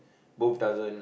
both doesn't